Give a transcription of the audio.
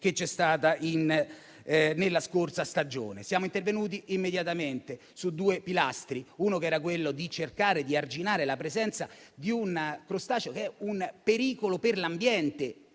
che c'è stata nella scorsa stagione. Siamo intervenuti immediatamente su due pilastri: in primo luogo abbiamo cercato di arginare la presenza di un crostaceo che è un pericolo per l'ambiente